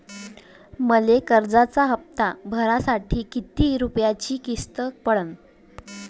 मले कर्जाचा हप्ता भरासाठी किती रूपयाची किस्त पडन?